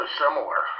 similar